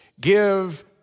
Give